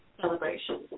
celebration